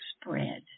spread